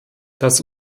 dass